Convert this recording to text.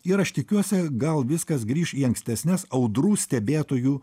ir aš tikiuosi gal viskas grįš į ankstesnes audrų stebėtojų